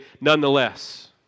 nonetheless